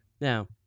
Now